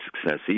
success